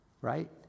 right